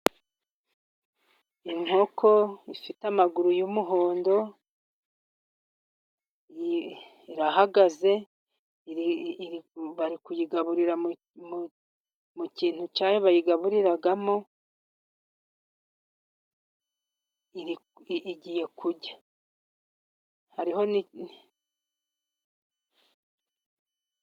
Inkoko ifite amaguru y'umuhondo. Irahagaze bari kuyigaburira mu kintu cyayo bayigaburiramo. Igiye kurya. Hariho n...